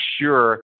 sure